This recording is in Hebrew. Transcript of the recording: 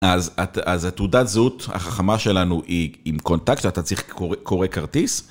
אז התעודת זהות, החכמה שלנו היא עם קונטקט, שאתה צריך קורא כרטיס.